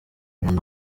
nkunda